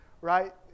Right